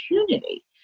opportunity